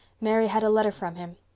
mary had a letter from him.